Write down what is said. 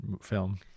film